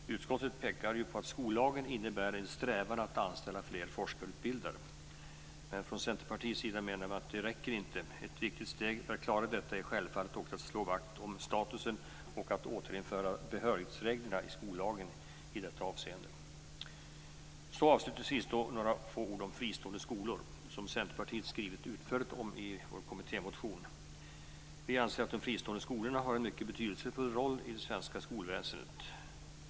Utskottet pekar på att skollagen innebär en strävan att anställa fler forskarutbildade. Men från Centerpartiets sida menar vi att det inte räcker. Ett viktigt steg för att klara detta är självfallet också att slå vakt om statusen och återinföra behörighetsreglerna i skollagen i detta avseende. Avslutningsvis några få ord om fristående skolor, som Centerpartiet skrivit utförligt om i vår kommittémotion. Vi anser att de fristående skolorna har en mycket betydelsefull roll i det svenska skolväsendet.